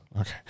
Okay